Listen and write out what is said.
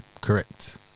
Correct